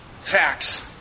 facts